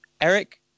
Eric